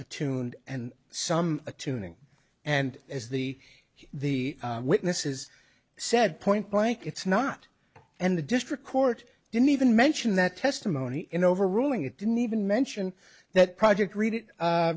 a tune and some a tuning and as the the witnesses said point blank it's not and the district court didn't even mention that testimony in overruling it didn't even mention that project read it